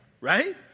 right